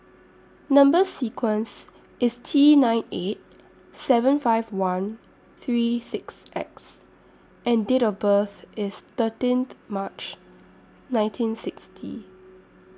Number sequence IS T nine eight seven five one three six X and Date of birth IS thirteenth March nineteen sixty